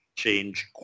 change